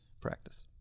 practice